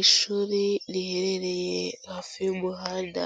Ishuri riherereye hafi y'umuhanda